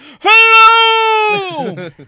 hello